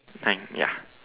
nine ya